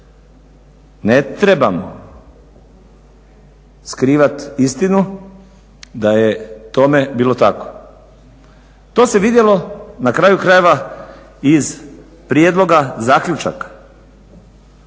Ne treba skrivat istinu da je tome bilo tako, to se vidjelo na kraju krajeva iz prijedloga zaključaka.